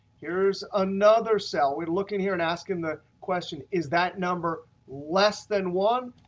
here's another cell. we're looking here and asking the question, is that number less than one?